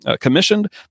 commissioned